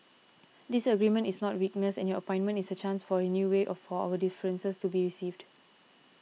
disagreement is not weakness and your appointment is a chance for a new way of for our differences to be received